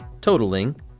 Totaling